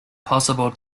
possible